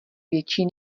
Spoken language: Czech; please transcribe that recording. větší